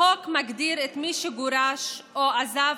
החוק מגדיר כנפקד את מי שגורש או עזב